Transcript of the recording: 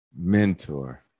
mentor